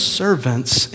servants